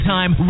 Time